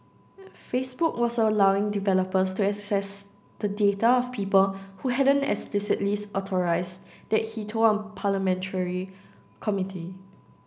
Facebook was allowing developers to access the data of people who hadn't explicitly authorised that he told a parliamentary committee